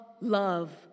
love